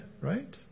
right